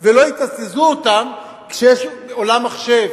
ולא יתזזו אותם, כשיש עולם מחשב.